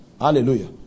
hallelujah